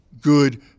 good